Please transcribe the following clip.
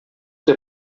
que